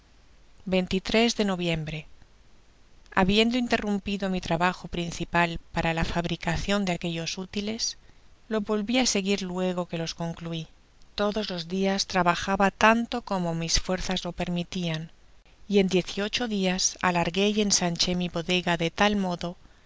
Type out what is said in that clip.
de noviembre habiendo interrumpido mi trabajo principal para la fabricacion de aquellos útiles lo volvi á seguir luego que los conclui todos los dias trabajaba tanto como mis fuerzas lo permitian y en diez y ocho dias alargué y ensanché mi bodega de tal modo